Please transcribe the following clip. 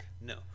no